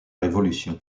révolution